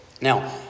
Now